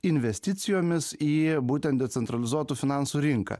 investicijomis į būtent decentralizuotų finansų rinką